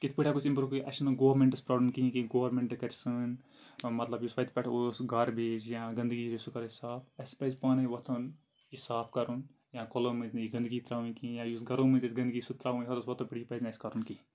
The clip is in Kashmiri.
کِتھ پٲٹھۍ ہٮ۪کو أسۍ اِمپرٛوٗ کٔرِتھ اَسہِ چھِنہٕ گورنمنٹَس پرٛابلِم کِہیٖنۍ کہ گورنمنٛٹ کَرِ سٲنۍ مطلب یُس وَتہِ پٮ۪ٹھ اوس گاربیج یا گنٛدگی سُہ کَرِ صاف اَسہِ پَزِ پانَے وۄتھُن یہِ صاف کَرُن یا کۄلو مٔنٛزۍ نہٕ یہِ گنٛدگی ترٛاوٕنۍ کِہیٖنۍ یا یُس گَرو منٛز أسۍ گنٛدگی سُہ ترٛاوٕنۍ ہَوٚتھس وَتو پٮ۪ٹھ یہِ پَزِ نہٕ اَسہِ کَرُن کِہیٖنۍ